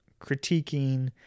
critiquing –